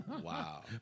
Wow